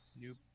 nope